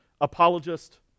apologist